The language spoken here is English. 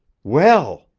well!